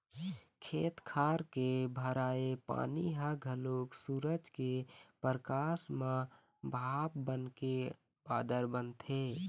खेत खार के भराए पानी ह घलोक सूरज के परकास म भाप बनके बादर बनथे